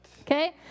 Okay